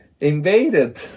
invaded